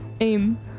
aim